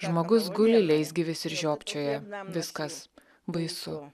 žmogus guli leisgyvis ir žiopčioja viskas baisu